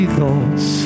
thoughts